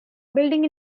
building